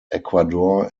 ecuador